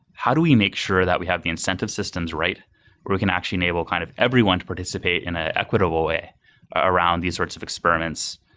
how do we make sure that we have the incentive systems right where we can actually enable kind of everyone to participate in an ah equitable way around these sorts of experiments.